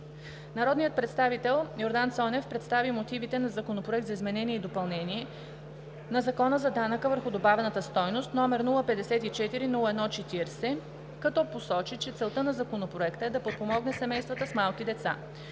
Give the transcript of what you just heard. Народният представител Йордан Цонев представи мотивите на Законопроект за изменение и допълнение на Закона за данък върху добавената стойност, № 054-01-40, като посочи, че целта на Законопроекта е да подпомогне семействата с малки деца.